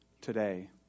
today